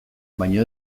baina